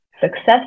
success